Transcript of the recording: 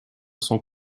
sont